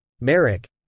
Merrick